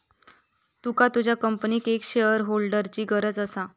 तुका तुझ्या कंपनीक एक शेअरहोल्डरची गरज असा